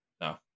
No